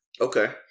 Okay